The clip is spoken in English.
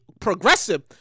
Progressive